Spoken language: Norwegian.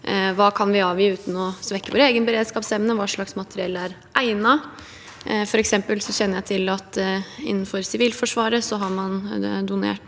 vi kan avgi uten å svekke vår egen beredskapsevne, og hva slags materiell som er egnet. For eksempel kjenner jeg til at man innenfor Sivilforsvaret har donert